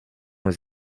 aux